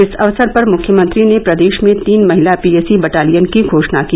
इस अवसर पर मुख्यमंत्री ने प्रदेश में तीन महिला पीएसी बटालियन की घोषणा की